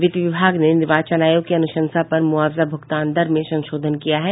वित्त विभाग ने निर्वाचन आयोग की अनुशंसा पर मुआवजा भुगतान दर में संशोधन किया है